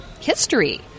history